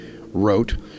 wrote